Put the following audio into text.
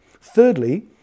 Thirdly